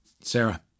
Sarah